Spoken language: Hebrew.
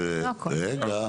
תראי